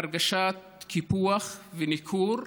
להרגשת קיפוח וניכור.